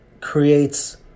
creates